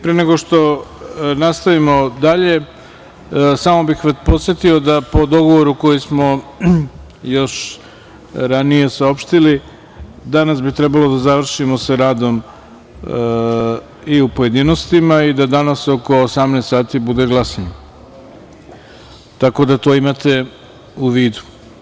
Pre nego što nastavimo dalje samo bih vas podsetio da po dogovoru koji smo još ranije saopštili danas bi trebalo da završimo sa radom i u pojedinostima i da danas oko 18 časova bude glasanje, tako da to imate u vidu.